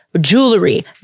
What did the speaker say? Jewelry